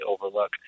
overlook